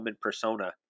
persona